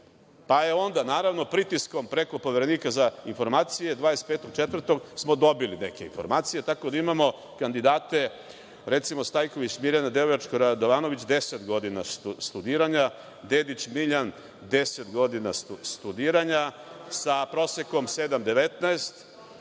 pa je onda pritiskom preko Poverenika za informacije, 25.4. smo dobili neke informacije, tako da imamo kandidate. Recimo, Stajković Mirjana, devojačko Radovanović, deset godina studiranja, Dedić Miljan, deset godina studiranja, sa prosekom 7,19,